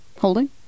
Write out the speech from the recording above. holding